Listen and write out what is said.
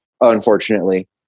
unfortunately